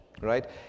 right